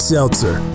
Seltzer